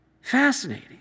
Fascinating